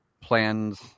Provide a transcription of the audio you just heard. plans